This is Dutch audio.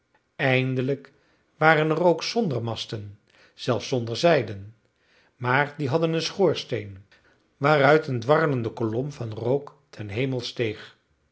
eindelijk waren er ook zonder masten zelfs zonder zeilen maar die hadden een schoorsteen waaruit een dwarrelende kolom van rook ten hemel steeg